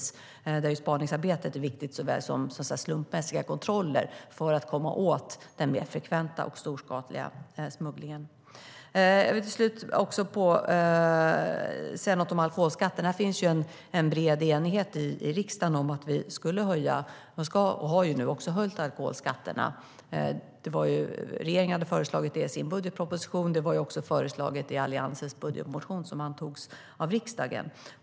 Såväl spaningsarbete som slumpmässiga kontroller är viktiga för att komma åt den mer frekventa och storskaliga smugglingen. Låt mig till sist säga något om alkoholskatten. Det fanns en bred enighet i riksdagen om att alkoholskatten skulle höjas, och den har också höjts. Regeringen föreslog det i sin budgetproposition, och det föreslogs också i Alliansen budgetmotion, som antogs av riksdagen.